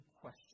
question